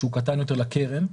קטן יותר לקרן.